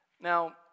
Now